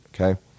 Okay